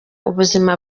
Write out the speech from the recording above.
ubuzima